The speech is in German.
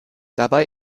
dabei